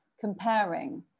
comparing